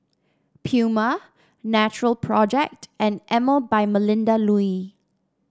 Puma Natural Project and Emel by Melinda Looi